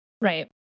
Right